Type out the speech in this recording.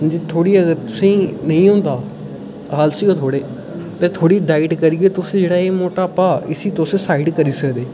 थोह्ड़ी अगर तुसें ई नेईं होंदा आलसी हो थोह्ड़े ते थोह्ड़ी डाईट करियै तुस जेह्ड़ा एह् मटापा इसी घट्ट करी सकदे ओ